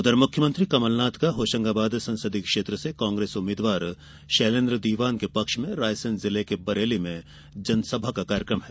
उधर मुख्यमंत्री कमलनाथ का होशंगाबाद ससंदीय क्षेत्र से कांग्रेस उम्मीदवार शैलेन्द्र दीवान के पक्ष में रायसेन जिले के बरेली में जनसभा का कार्यक्रम है